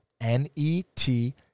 N-E-T